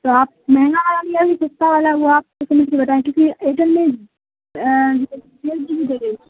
تو آپ مہنگا آا گیا بھی سفتا والا وہ آپ اس مجھے بتائیں کیونکہ ایڈلے ڈی ایل جی بھی دگے گ